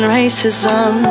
racism